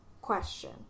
question